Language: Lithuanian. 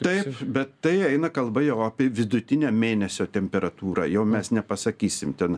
taip bet tai eina kalba jau apie vidutinę mėnesio temperatūrą jau mes nepasakysim ten